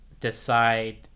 Decide